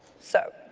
so,